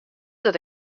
dat